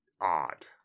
odd